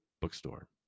bookstore